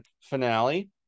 finale